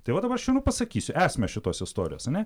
tai va dabar aš jum ir pasakysiu esmę šitos istorijos ane